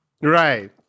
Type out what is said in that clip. Right